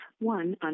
one